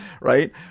right